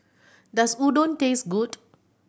does Udon taste good